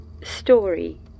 Story